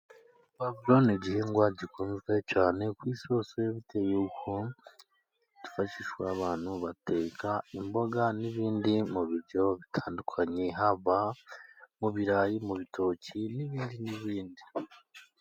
Puwavuro ni igihingwa gikunzwe cyane ku isi hose bitewe nuko zifashishwa abantu bateka imboga n'ibindi mu biryo bitandukanye, haba mu birayi, mu bitoki n'ibindi n'ibindi.